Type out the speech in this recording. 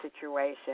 situation